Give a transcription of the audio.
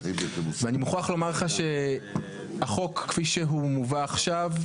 ואני מוכרח לומר לך שהחוק כפי שהוא מובא עכשיו,